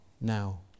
now